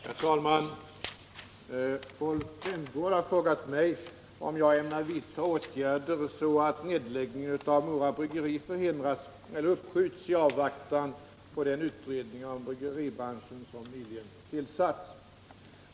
Herr talman! Rolf Rämgård har frågat mig om jag ämnar vidta åtgärder så att nedläggningen av Mora Bryggeri förhindras eller uppskjuts i avvaktan på den utredning om bryggeribranschen som nyligen tillsatts.